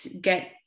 get